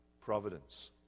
providence